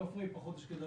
חבר הכנסת שחאדה,